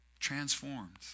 Transformed